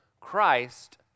Christ